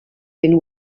been